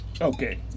Okay